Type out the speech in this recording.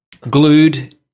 Glued